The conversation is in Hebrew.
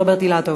מתנגדים.